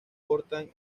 portan